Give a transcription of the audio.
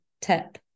tip